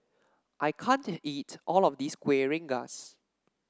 I can't eat all of this Kueh Rengas